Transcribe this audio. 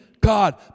God